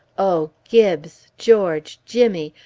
oh! gibbes! george! jimmy!